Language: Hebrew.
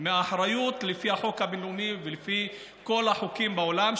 מאחריות לפי החוק הבין-לאומי ולפי כל החוקים בעולם,